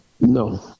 No